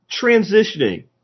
transitioning